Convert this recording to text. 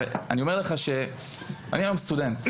אני אומר לך, אני היום סטודנט.